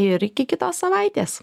ir iki kitos savaitės